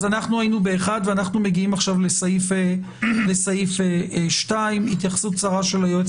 אנחנו מגיעים עכשיו לסעיף 2. התייחסות קצרה של היועץ